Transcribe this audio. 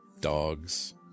dogs